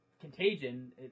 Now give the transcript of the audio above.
Contagion